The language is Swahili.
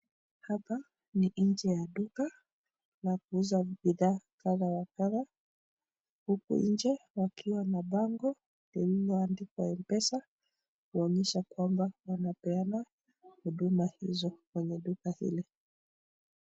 Hapa ni nje ya duka ya kuuza bidhaa kadhaa wa kadhaa nje wakiwa na bango lililoandikwa Mpesa inaonyesha kwamba wanapeana huduma hizo kwenye duka hili.